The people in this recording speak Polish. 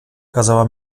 kazała